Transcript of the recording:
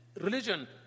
religion